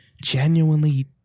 genuinely